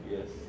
Yes